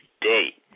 day